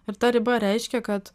ir ta riba reiškia kad